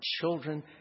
children